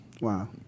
Wow